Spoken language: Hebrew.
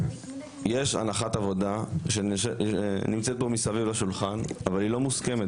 יש הנחת עבודה שנמצאת פה מסביב לשולחן אבל היא לא מוסכמת